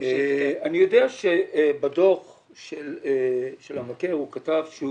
אני יודע שבדוח של המבקר הוא כתב שהוא